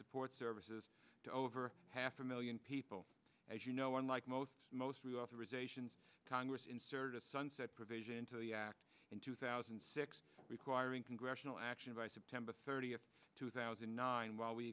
support services to over half a million people as you know unlike most most reauthorization congress inserted a sunset provision to the act in two thousand and six requiring congressional action by september thirtieth two thousand and nine while we